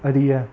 அறிய